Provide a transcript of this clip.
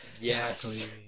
yes